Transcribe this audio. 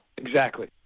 exactly.